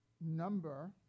number